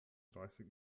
dreißig